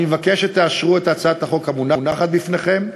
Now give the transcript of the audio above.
אני מבקש שתאשרו את הצעת החוק המונחת לפניכם,